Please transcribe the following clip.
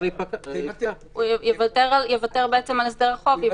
הוא יוותר על הסדר החוב.